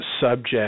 subject